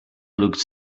looked